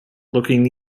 looking